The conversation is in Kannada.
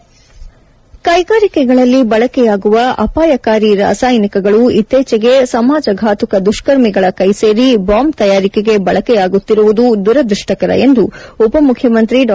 ಕ್ಕೆಗಾರಿಕೆಗಳಲ್ಲಿ ಬಳಕೆಯಾಗುವ ಅಪಾಯಕಾರಿ ರಾಸಾಯನಿಕಗಳು ಇತ್ತೀಚೆಗೆ ಸಮಾಜಫಾತುಕ ದುಷ್ನ ರ್ಮಿಗಳ ಕೈಸೇರಿ ಬಾಂಬ್ ತಯಾರಿಕೆಗೆ ಬಳಕೆಯಾಗುತ್ತಿರುವುದು ದುರದೃಷ್ಟಕರ ಎಂದು ಉಪಮುಖ್ಯಮಂತ್ರಿ ಡಾ